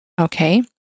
Okay